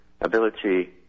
ability